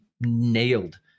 nailed